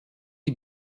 die